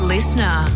Listener